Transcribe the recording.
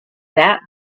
that